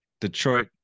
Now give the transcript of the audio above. Detroit